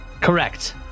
Correct